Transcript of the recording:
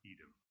Edom